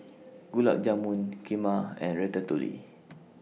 Gulab Jamun Kheema and Ratatouille